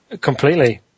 Completely